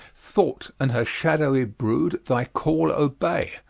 thought and her shadowy brood thy call obey,